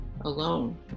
alone